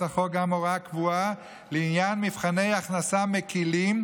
החוק גם הוראה קבועה לעניין מבחני הכנסה מקילים,